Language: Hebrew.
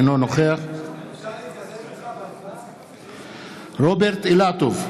אינו נוכח רוברט אילטוב,